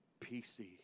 PC